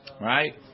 right